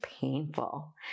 painful